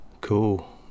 Cool